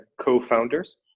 co-founders